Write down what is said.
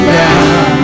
down